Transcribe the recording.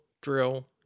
drill